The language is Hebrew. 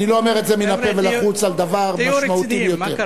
אני לא אומר את זה מן הפה ולחוץ על דבר משמעותי ביותר.